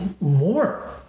more